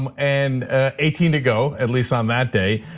um and eighteen to go, at least on that day.